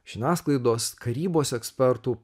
žiniasklaidos karybos ekspertų